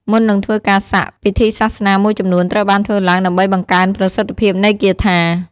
មុននឹងធ្វើការសាក់ ពិធីសាសនាមួយចំនួនត្រូវបានធ្វើឡើងដើម្បីបង្កើនប្រសិទ្ធភាពនៃគាថា។